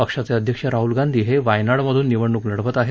पक्षाचे अध्यक्ष राहुल गांधी हे वायनाडमधून निवडणूक लढवत आहेत